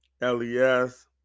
Les